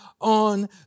on